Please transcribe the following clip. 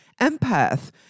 empath